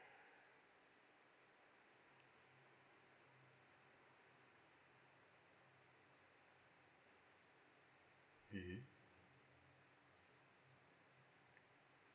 mmhmm